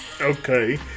Okay